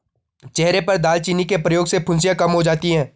चेहरे पर दालचीनी के प्रयोग से फुंसियाँ कम हो जाती हैं